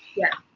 yeah,